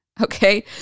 okay